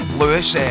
lewis